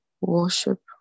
Worship